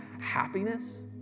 happiness